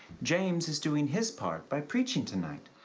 james is doing his part by preaching tonight.